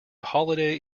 holiday